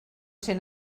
ser